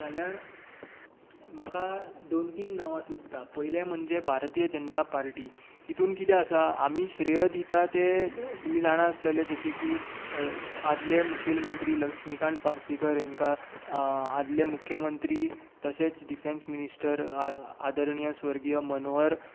जाल्यार म्हाका दोन तीन नांवां सुचतात पयलें म्हणजे भारतीय जनता पार्टी तेतूंत कितें आसा आमी श्रेय दिता तें तुमी जाणा आसतले जशें की आदले मुखेल मंत्री लक्ष्मिकांत पार्सेकर हेंकां आदले मुखेल मंत्री तशेच डिफॅन्स मिनिस्टर आदरणीय स्वर्गीय मनोहर